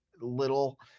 little